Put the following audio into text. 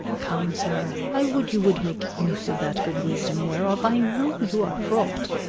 come, sir, i would you would make use of that good wisdom whereof i know you are fraught,